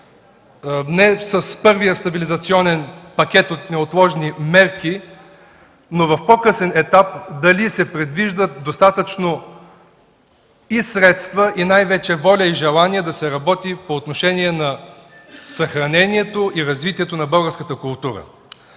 не с първия стабилизационен пакет от неотложни мерки, но в по-късен етап дали се предвиждат достатъчно и средства, но най-вече воля и желание да се работи по съхранението и развитието на българската култура?